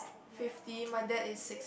fifty my day is six